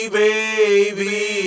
baby